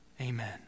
Amen